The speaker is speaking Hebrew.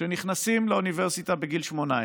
שנכנסים לאוניברסיטה בגיל 18,